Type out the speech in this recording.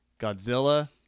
Godzilla